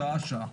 שעה-שעה.